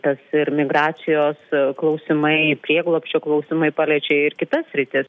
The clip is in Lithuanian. tas ir migracijos klausimai prieglobsčio klausimai paliečia ir kitas sritis